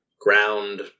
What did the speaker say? ground